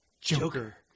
Joker